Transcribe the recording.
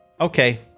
Okay